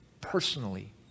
personally